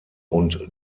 und